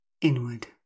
Inward